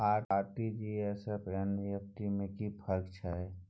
RTG S आर NEFT में कि फर्क छै?